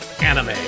anime